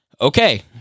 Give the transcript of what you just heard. Okay